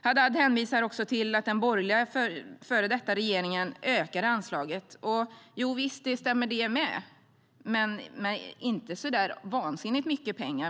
Haddad hänvisar också till att den borgerliga före detta regeringen ökade anslaget. Och visst stämmer det också, men inte med så vansinnigt mycket pengar.